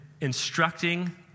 instructing